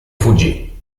fuggì